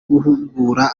guhugura